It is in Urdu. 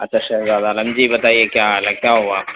اچھا شہزاد عالم جی بتائیے کیا حال ہے کیا ہوا